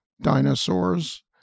dinosaurs